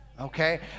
okay